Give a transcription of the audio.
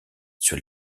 sur